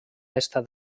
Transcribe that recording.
estat